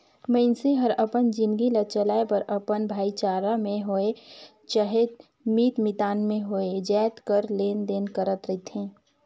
मइनसे हर अपन जिनगी ल चलाए बर अपन भाईचारा में होए चहे मीत मितानी में होए जाएत कर लेन देन करत रिथे